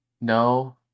No